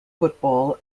football